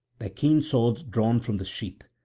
their keen swords drawn from the sheath.